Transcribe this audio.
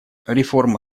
реформа